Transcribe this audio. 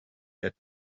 that